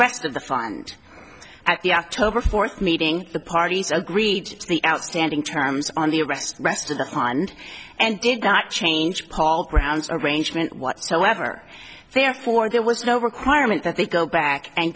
rest of the fund at the october fourth meeting the parties agreed the outstanding terms on the rest rest of the pond and did not change paul grounds arrangement whatsoever therefore there was no requirement that they go back and